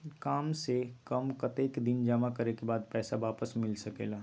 काम से कम कतेक दिन जमा करें के बाद पैसा वापस मिल सकेला?